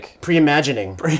pre-imagining